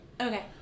Okay